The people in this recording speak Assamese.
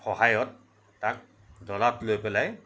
সহায়ত তাক ডলাত লৈ পেলাই